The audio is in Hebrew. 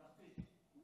ממלכתית.